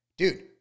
dude